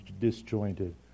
disjointed